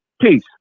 Peace